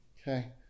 Okay